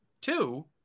two